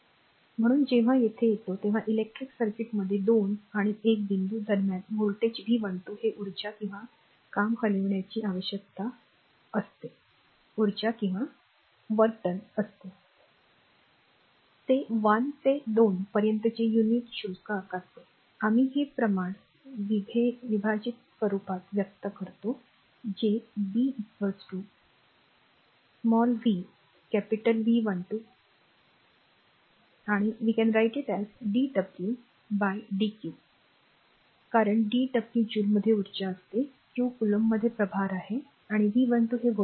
म्हणून जेव्हा येथे येतो तेव्हा इलेक्ट्रिक सर्किटमध्ये 2 आणि 1 बिंदू दरम्यान व्होल्टेज व्ही 12 हे ऊर्जा किंवा काम हलविण्यासाठी आवश्यक असते ते 1 ते 2 पर्यंतचे युनिट शुल्क आकारते आम्ही हे प्रमाण विभेदित स्वरूपात व्यक्त करतो जे बी लहान व्ही कॅपिटल व्ही 12 प्रत्यय dwdqडीडब्ल्यू डीक्यू कारण डब्ल्यू ज्यूलमध्ये उर्जा असते क्यू कोलॉम्बमधील प्रभार आणि व्ही 12 हे व्होल्टमध्ये व्होल्टेज आहे